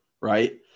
Right